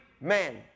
man